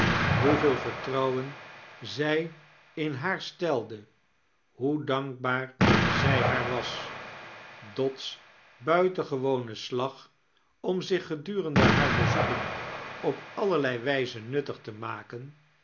hoeveel vertrouwen zij in haar stelde hoe dankbaar zij haar was dot's buitengewonen slag om zich gedurende hare bezoeken op allerlei wijzen nuttig te maken